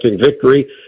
victory